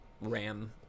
Ram